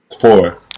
Four